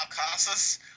Casas